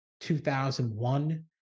2001